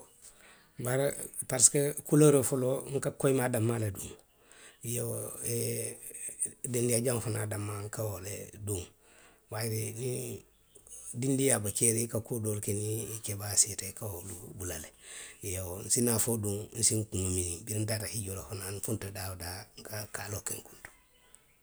parisko, kulooroo foloo nka koyimaa danmaa le duŋ. iyoo, dondika jaŋo fanaŋ danmaa nka wo le fanaŋ duŋ. Bayiri niŋ dindinyaa be keeriŋ i ka kuo doolu ke niŋ i keebaayaata siita i ka wolu bula le. Iyoo nsi naa fo duŋ nsi nkuŋo miniŋ biriŋ ntaata hijjoo la fanaŋ nfuntita daa woo daa nka kaloo ke nkuŋo to,.